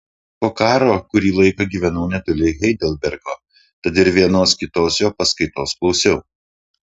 po karo kurį laiką gyvenau netoli heidelbergo tad ir vienos kitos jo paskaitos klausiau